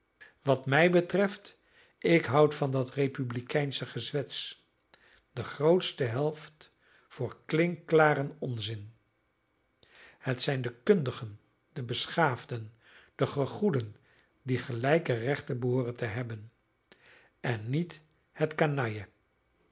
wat mij betreft ik houd van dat republikeinsche gezwets de grootste helft voor klinkklaren onzin het zijn de kundigen de beschaafden de gegoeden die gelijke rechten behooren te hebben en niet het canaille